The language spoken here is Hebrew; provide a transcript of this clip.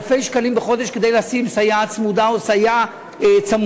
אלפי שקלים בחודש כדי לשים סייעת צמודה או סייע צמוד.